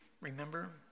Remember